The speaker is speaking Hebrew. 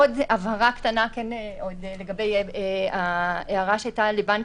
עוד הבהרה קטנה לגבי ההערה שהייתה לבנק